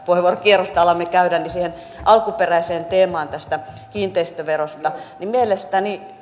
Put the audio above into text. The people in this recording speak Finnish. puheenvuorokierrosta alamme käydä siihen alkuperäiseen teemaan tästä kiinteistöverosta mielestäni